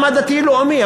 וגם הדתיים-לאומיים.